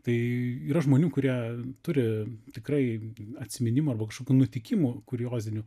tai yra žmonių kurie turi tikrai atsiminimų arba kažkokių nutikimų kuriozinių